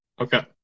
Okay